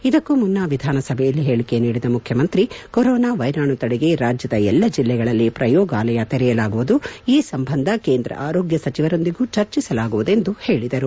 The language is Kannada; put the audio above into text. ಇದಕ್ಕೂ ಮುನ್ನ ವಿಧಾನಸಭೆಯಲ್ಲಿ ಹೇಳಿಕೆ ನೀಡಿದ ಮುಖ್ಯಮಂತ್ರಿ ಕೊರೊನಾ ವೈರಾಣು ತಡೆಗೆ ರಾಜ್ಯದ ಎಲ್ಲಾ ಜೆಲ್ಲೆಗಳಲ್ಲಿ ಪ್ರಯೋಗಾಲಯ ತೆರೆಯಲಾಗುವುದು ಈ ಸಂಬಂಧ ಕೇಂದ್ರ ಆರೋಗ್ಯ ಸಚಿವರೊಂದಿಗೂ ಚರ್ಚಿಸಲಾಗುವುದು ಎಂದು ಹೇಳಿದರು